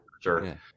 sure